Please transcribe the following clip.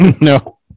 no